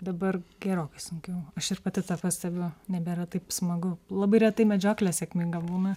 dabar gerokai sunkiau aš ir pati tą pastebiu nebėra taip smagu labai retai medžioklė sėkminga būna